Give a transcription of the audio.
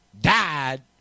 died